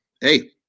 Hey